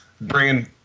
bringing